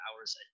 hours